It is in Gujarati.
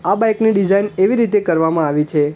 આ બાઈકની ડિઝાઇન એવી રીતે કરવામાં આવી છે